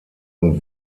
und